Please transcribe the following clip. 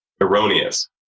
erroneous